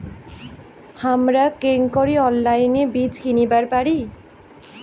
হামরা কেঙকরি অনলাইনে বীজ কিনিবার পারি?